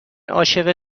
عاشق